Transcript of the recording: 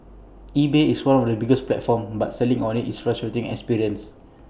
eBay is one of the biggest platforms but selling on IT is frustrating experience